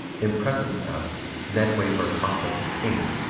in presence of ned wayburn office, inc,